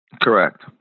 Correct